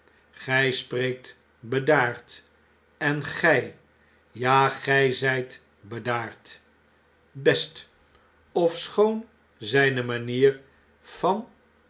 gij spreekt bedaard en gij ja gij z ij t bedaard best ofschoon zijne manier van